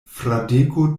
fradeko